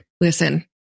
listen